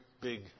big